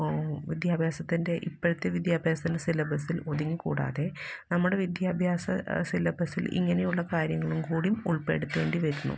വിദ്യാഭ്യാസത്തിന്റെ ഇപ്പോഴത്തെ വിദ്യാഭ്യാസത്തിന്റെ സിലബസില് ഒതുങ്ങി കൂടാതെ നമ്മുടെ വിദ്യാഭ്യാസ സിലബസില് ഇങ്ങനെയുള്ള കാര്യങ്ങളും കൂടി ഉള്പ്പെടുത്തേണ്ടി വരുന്നു